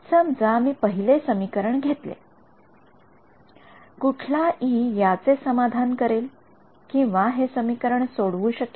समजा मी पहिले समीकरण घेतले कुठला E याचे समाधान करेल किंवा हे समीकरण सोडवू शकेल